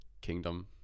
kingdom